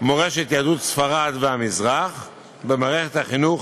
מורשת יהדות ספרד והמזרח במערכת החינוך